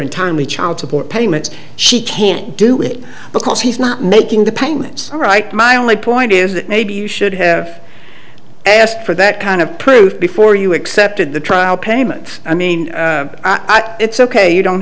entirely child support payments she can't do it because he's not making the payments all right my only point is that maybe you should have asked for that kind of proof before you accepted the trial payment i mean it's ok you don't